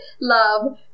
love